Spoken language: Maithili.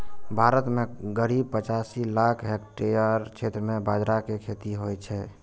भारत मे करीब पचासी लाख हेक्टेयर क्षेत्र मे बाजरा के खेती होइ छै